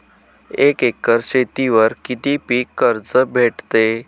एक एकर शेतीवर किती पीक कर्ज भेटते?